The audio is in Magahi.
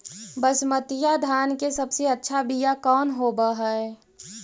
बसमतिया धान के सबसे अच्छा बीया कौन हौब हैं?